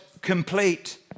complete